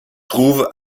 trouve